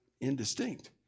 indistinct